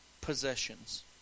Possessions